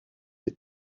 des